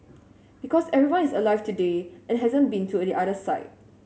because everyone is alive today and hasn't been to the other side